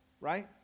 right